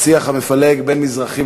4364,